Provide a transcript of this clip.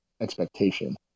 expectation